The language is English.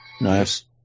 Nice